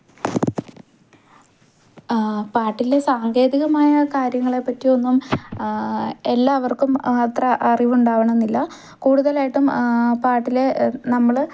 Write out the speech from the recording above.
പാട്ടിലെ സാങ്കേതികമായ കാര്യങ്ങളെപ്പറ്റിയൊന്നും എല്ലാവർക്കും അത്ര അറിവുണ്ടാവണമെന്നില്ല കൂടുതലായിട്ടും പാട്ടില് നമ്മള്